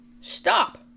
stop